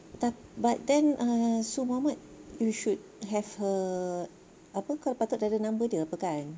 ah but then ah Su Mamat you should have her apa kau patut dah ada number dia apa kan